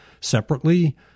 Separately